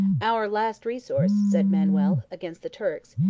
our last resource, said manuel, against the turks,